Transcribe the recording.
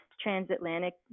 transatlantic